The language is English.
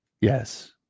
Yes